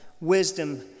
wisdom